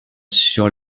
sur